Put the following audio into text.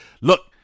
Look